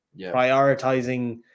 prioritizing